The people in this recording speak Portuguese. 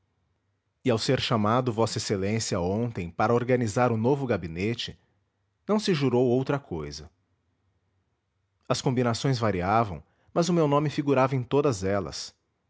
e ao ser chamado v ex a ontem para organizar o novo gabinete não se jurou outra cousa as combinações variavam mas o meu nome figurava em todas elas